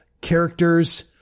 characters